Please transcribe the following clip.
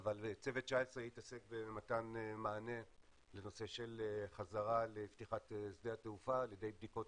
צוות 19 התעסק במתן מענה לנושא של חזרה לפתיחת שדה התעופה על ידי בדיקות